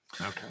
Okay